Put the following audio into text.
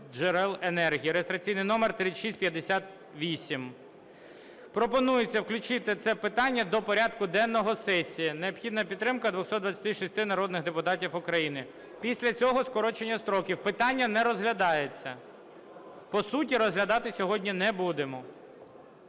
джерел енергії, (реєстраційний номер 3658). Пропонується включити це питання до порядку денного сесії. Необхідна підтримка 226 народних депутатів України. Після цього скорочення строків. Питання не розглядається, по суті розглядати сьогодні не будемо.